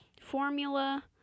formula